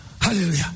Hallelujah